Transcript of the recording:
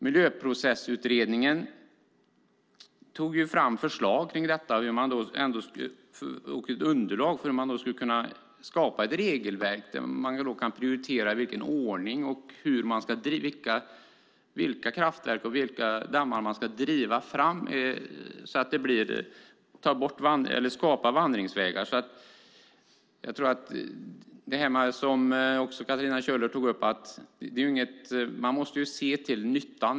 Miljöprocessutredningen tog fram förslag och ett underlag för hur man skulle skapa ett regelverk där man kan prioritera ordningen och vilka kraftverk och vilka dammar man ska driva, så att det skapas vandringsvägar. Som Katarina Köhler också tog upp måste man varje gång se till nyttan.